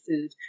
food